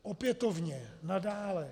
Opětovně, nadále.